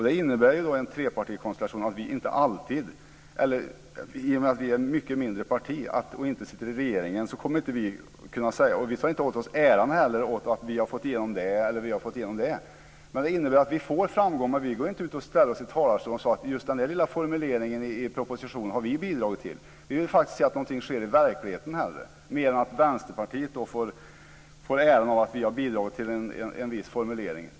Det innebär ju i en trepartikonstellation att vi, i och med att vi är ett mycket mindre parti och inte sitter i regeringen, får framgång men att vi inte ställer oss i talarstolen och säger att vi har bidragit till just en viss formulering i propositionen. Vi tar inte heller åt oss äran för att vi har fått igenom det ena eller det andra. Vi vill faktiskt se att någonting sker i verkligheten mer än att Vänsterpartiet får äran av att ha bidragit till en viss formulering.